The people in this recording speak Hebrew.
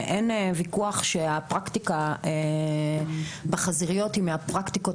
אין ויכוח שהפרקטיקה בחזיריות היא מהפרקטיקות